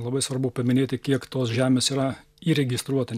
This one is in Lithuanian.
labai svarbu paminėti kiek tos žemės yra įregistruota